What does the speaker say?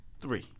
Three